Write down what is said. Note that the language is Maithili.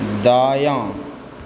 दायाँ